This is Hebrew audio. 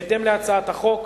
בהתאם להצעת החוק,